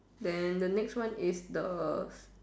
then the next one is the